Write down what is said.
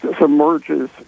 submerges